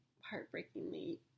heartbreakingly